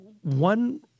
one